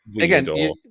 again